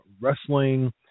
wrestling